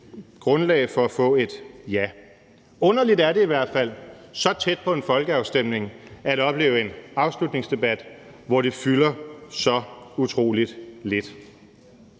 grundlag for at få et ja. Underligt er det i hvert fald så tæt på en folkeafstemning at opleve en afslutningsdebat, hvor det fylder så utrolig lidt.